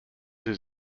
his